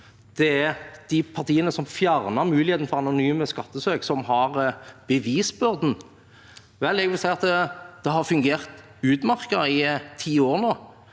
det er de partiene som fjernet muligheten for anonyme skattesøk, som har bevisbyrden. Vel, jeg vil si at det har fungert utmerket i ti år nå